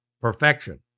perfection